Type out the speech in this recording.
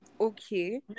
okay